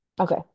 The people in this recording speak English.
okay